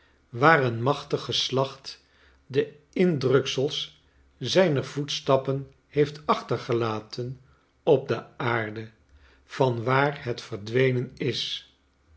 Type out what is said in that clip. waar een machtig geslacht de indruksels zijner voetstappen heeft achtergelaten op de aarde van waar het verdwenen is